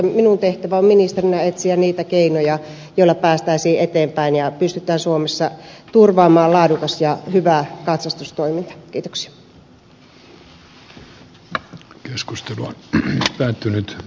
minun tehtäväni on ministerinä etsiä niitä keinoja joilla päästäisiin eteenpäin ja pystytään suomessa turvaamaan laadukas ja hyvä katsastustoiminta